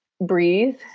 breathe